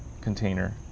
container